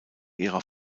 ihrer